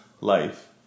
life